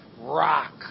rock